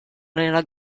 nella